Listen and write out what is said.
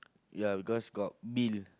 ya because got bill